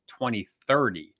2030